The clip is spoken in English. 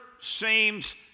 seems